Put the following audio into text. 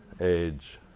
age